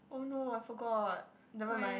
oh no I forgot nevermind